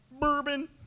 bourbon